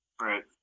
Right